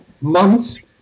months